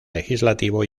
legislativo